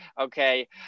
okay